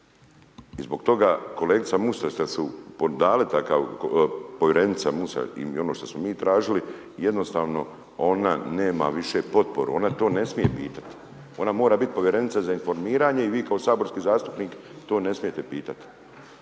I zbog toga kolegica Musa…/Govornik se ne razumije/… povjerenica Musa i ono što smo mi tražili, jednostavno ona nema više potporu, ona to ne smije pitati. Ona mora biti povjerenica za informiranje i vi kao saborski zastupnik to ne smijete pitati.